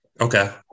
Okay